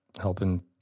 helping